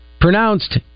Pronounced